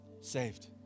Saved